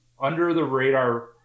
under-the-radar